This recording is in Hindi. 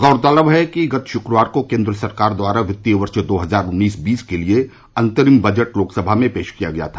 गौरतलब है कि गत शुक्रवार केन्द्र सरकार द्वारा वित्तीय वर्ष दो हजार उन्नीस बीस के लिये अंतरिम बजट लोकसभा में पेश किया गया था